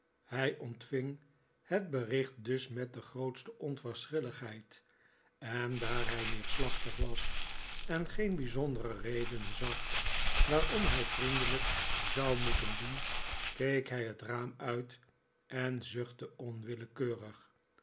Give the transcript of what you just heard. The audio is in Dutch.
hij ontving het bericht dus met de grootste onverschilligheid en daar hij neerslachtig was en geen bijzondere reden zag waarom hij vriendelijk zou moeten doen keek hij het raam uit en zuchtte onwillekeurig